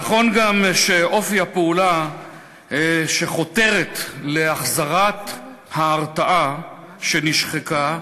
נכון גם שאופי הפעולה שחותרת להחזרת ההרתעה שנשחקה,